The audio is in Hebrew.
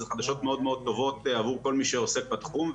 וזה חדשות מאוד מאוד טובות עבור כל מי שעוסק בתחום.